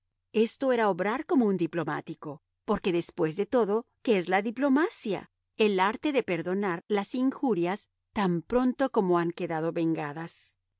esto era obrar como buen diplomático porque después de todo qué es la diplomacia el arte de perdonar las injurias tan pronto como han quedado vengadas